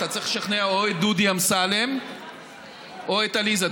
אתה צריך לשכנע או את דודי אמסלם או את עליזה.